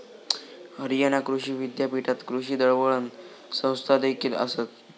हरियाणा कृषी विद्यापीठात कृषी दळणवळण संस्थादेखील आसत